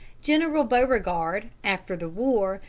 general beauregard, after the war,